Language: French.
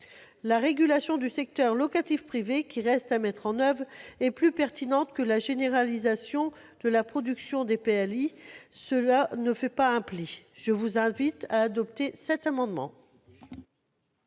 La régulation du secteur locatif privé, qui reste à mettre en oeuvre, est plus pertinente que la généralisation de la production de PLI. Cela ne fait pas un pli ! Quel est l'avis de